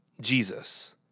Jesus